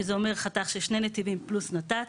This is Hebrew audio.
שזה אומר חתך של שני נתיבים פלוס נת"צ.